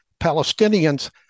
Palestinians